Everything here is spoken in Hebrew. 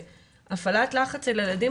והפעלת לחץ על ילדים,